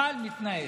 אבל מתנהל.